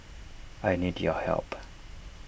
I need your help